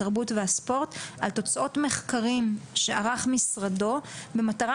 התרבות והספורט על תוצאות מחקרים שערך משרדו במטרה